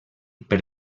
per